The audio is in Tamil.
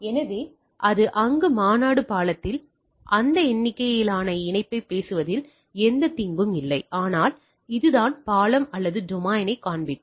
எனவே இது அங்கு மாநாடு பாலத்தில் அந்த எண்ணிக்கையிலான இணைப்பைப் பேசுவதில் எந்தத் தீங்கும் இல்லை ஆனால் இதுதான் பாலம் அல்லது டொமைனைக் காண்பிக்கும்